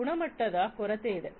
ಗುಣಮಟ್ಟದ ಕೊರತೆ ಇದೆ